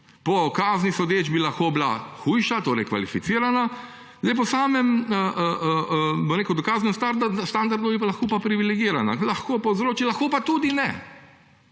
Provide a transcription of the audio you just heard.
Po kazni sodeč bi lahko bila hujša, torej kvalificirana, po samem dokaznem standardu bi bila lahko pa privilegirana – lahko povzroči, lahko pa tudi ne.